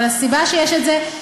אבל הסיבה שזה קיים,